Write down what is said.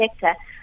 sector